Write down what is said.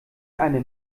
eine